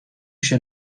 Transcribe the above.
się